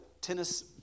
tennis